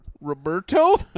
Roberto